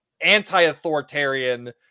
anti-authoritarian